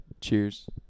Cheers